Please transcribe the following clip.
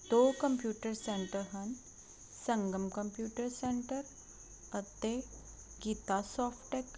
ਦੋ computer centre ਹਨ Sangam computer centre ਅਤੇ ਗੀਤਾ ਸੋਫਟੈਕ